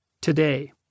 today